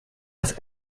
das